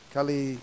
Kali